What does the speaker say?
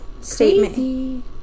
statement